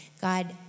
God